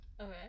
Okay